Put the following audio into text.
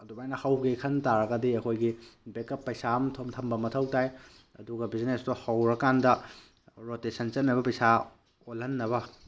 ꯑꯗꯨꯃꯥꯏꯅ ꯍꯧꯒꯦ ꯈꯟ ꯇꯥꯔꯒꯗꯤ ꯑꯩꯈꯣꯏꯒꯤ ꯕꯦꯛꯀꯞ ꯄꯩꯁꯥ ꯑꯃ ꯊꯝꯕ ꯃꯊꯧ ꯇꯥꯏ ꯑꯗꯨꯒ ꯕꯤꯖꯤꯅꯦꯁꯇꯣ ꯍꯧꯔꯀꯥꯟꯗ ꯔꯣꯇꯦꯁꯟ ꯆꯠꯅꯕ ꯄꯩꯁꯥ ꯑꯣꯜꯍꯟꯅꯕ